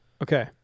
Okay